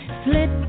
slip